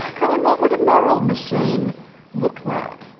colin, what would a moral machine look like?